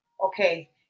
Okay